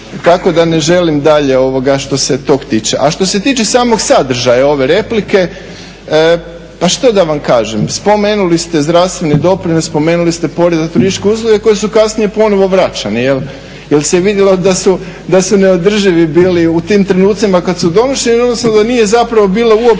tako da ne želim dalje što se tog tiče. A što se tiče samog sadržaja ove replike pa što da vam kažem. Spomenuli ste zdravstveni doprinos, spomenuli ste porez na turističke usluge koje su kasnije ponovo vraćene jer se vidjelo da su neodrživi bili u tim trenucima kad su došli, odnosno da nije zapravo bilo uopće,